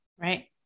right